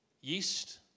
yeast